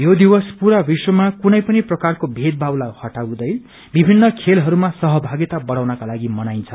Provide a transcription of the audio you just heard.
यो दिवस पुरा विश्वमा कुनै प्रकारको भेदभावलाई हटाउँदै विभिन्न खेलहरूमा सहभागिता बढ़ाउनकालागि मनाइन्छ